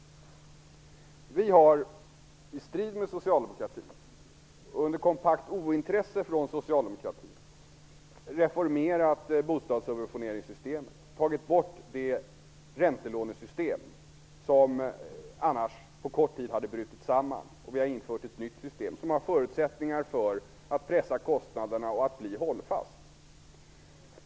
Vi har i strid med socialdemokraterna och under kompakt ointresse från socialdemokraterna reformerat bostadssubventioneringssystemet. Vi har tagit bort det räntelånesystem som annars på kort tid hade brutit samman. Vi har infört ett nytt system som har förutsättningar att pressa kostnaderna och bli hållfast.